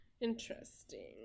Interesting